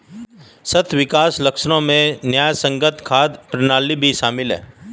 सतत विकास लक्ष्यों में न्यायसंगत खाद्य प्रणाली भी शामिल है